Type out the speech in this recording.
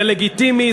זה לגיטימי,